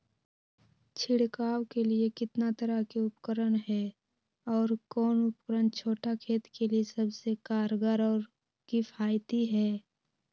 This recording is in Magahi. छिड़काव के लिए कितना तरह के उपकरण है और कौन उपकरण छोटा खेत के लिए सबसे कारगर और किफायती है?